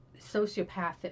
sociopathic